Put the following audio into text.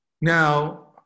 Now